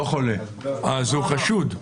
לא חולה, אז הוא חשוד.